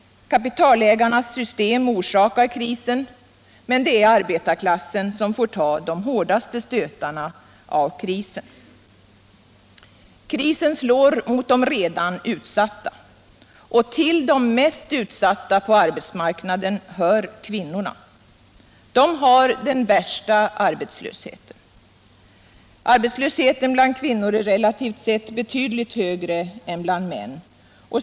Kapitalägarnas system orsakar krisen —- men det är arbetarklassen som får ta de hårdaste stötarna av krisen. Krisen slår mot de redan utsatta. Till de mest utsatta på arbetsmarknaden hör kvinnorna. De har den största arbetslösheten. Den är bland kvinnor relativt sett betydligt högre än bland män.